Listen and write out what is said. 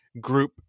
group